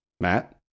Matt